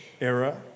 era